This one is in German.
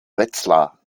wetzlar